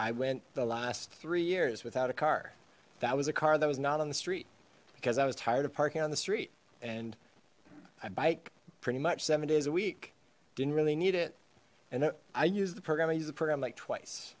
i went the last three years without a car that was a car that was not on the street because i was tired of parking on the street and i biked pretty much seven days a week didn't really need it and i used the program i used to program like twice